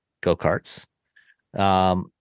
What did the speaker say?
go-karts